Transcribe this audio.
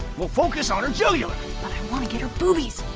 well focus on her jugular. but i want to get her boobies.